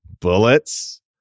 bullets